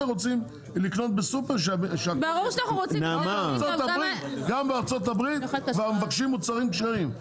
רוצים לקנות בסופר כשר גם בארצות הברית מבקשים מוצרים כשרים.